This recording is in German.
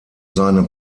seine